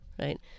right